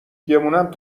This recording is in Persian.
گمونم